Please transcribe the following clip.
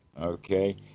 Okay